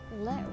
let